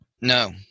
No